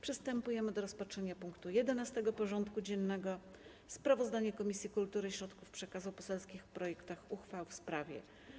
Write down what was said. Przystępujemy do rozpatrzenia punktu 11. porządku dziennego: Sprawozdanie Komisji Kultury i Środków Przekazu o poselskich projektach uchwał w sprawie: